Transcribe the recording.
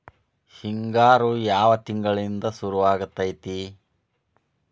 ಹಿಂಗಾರು ಯಾವ ತಿಂಗಳಿನಿಂದ ಶುರುವಾಗತೈತಿ?